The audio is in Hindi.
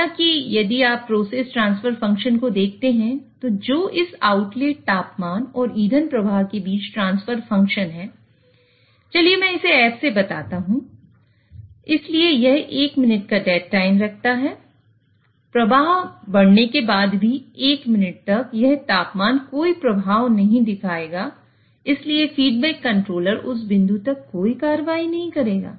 हालांकि यदि आप प्रोसेस ट्रांसफर फंक्शन उस बिंदु तक कोई कार्रवाई नहीं करेगा